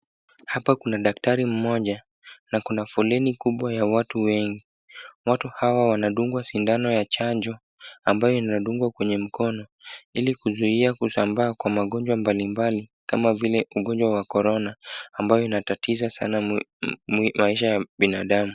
Hapa kuna daktari mmoja na kuna foleni kubwa ya watu wengi. Watu hawa wanadungwa sindano ya chanjo ambayo inadungwa kwenye mkono, ili kuzuia kusambaa kwa magonjwa mbalimbali, kama vile, ugonjwa wa Korona, ambayo inatatiza sana maisha ya binadamu.